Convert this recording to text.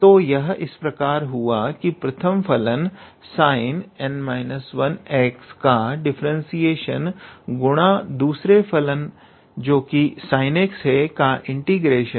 तो यह इस प्रकार हुआ की प्रथम फलन 𝑠𝑖𝑛𝑛−1𝑥 का डिफरेंशिएशन गुणा दूसरे फलन जो कि sinx है का इंटीग्रेशन